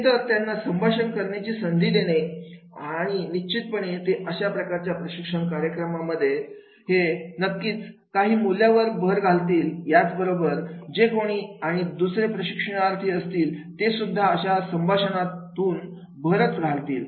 हे तर त्यांना संभाषण करण्याची संधी देणे आणि निश्चितपणे ते अशा प्रशिक्षण कार्यक्रमामध्ये हे नक्कीच काही मूल्यांची भर घालतील याच बरोबर जे कोणी आणि दुसरे प्रशिक्षणार्थी असतील ते सुद्धा अशा संभाषणातून भर घालतील